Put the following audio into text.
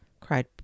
cried